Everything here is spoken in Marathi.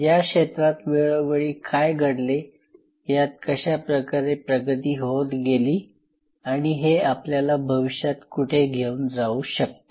या क्षेत्रात वेळोवेळी काय घडले यात कशा प्रकारे प्रगती होत गेली आणि हे आपल्याला भविष्यात कुठे घेऊन जाऊ शकते